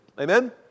Amen